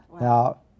Now